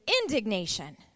indignation